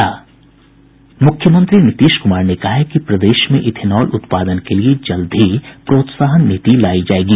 मुख्यमंत्री नीतीश कुमार ने कहा है कि प्रदेश में इथेनॉल उत्पादन के लिए जल्द ही प्रोत्साहन नीति लायी जायेगी